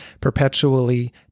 perpetually